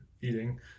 eating